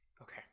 Okay